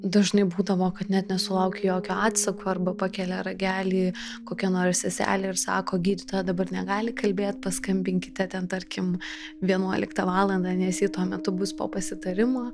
dažnai būdavo kad net nesulauki jokio atsako arba pakelia ragelį kokia nors seselė ir sako gydytoja dabar negali kalbėt paskambinkite ten tarkim vienuoliktą valandą nes ji tuo metu bus po pasitarimo